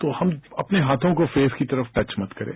तो हम अपने हाथों को फेस की तरफ टच मत करें